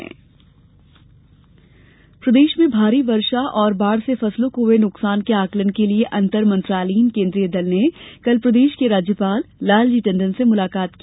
राज्यपाल प्रदेश में भारी वर्षा और बाढ़ से फसलों को हुए नुकसान के आंकलन के लिए अंतर मंत्रालयीन केन्द्रीय दल ने कल प्रदेश के राज्यपाल लालजी टंडन से मुलाकात की